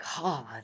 God